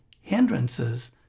hindrances